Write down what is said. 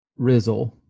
Rizzle